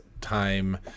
time